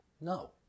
No